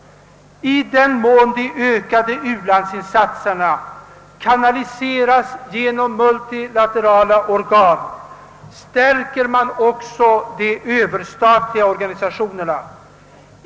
I den mån de ökade ulandsinsatserna kanaliseras genom multilaterala organ stärker man också de överstatliga organisationerna.